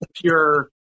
pure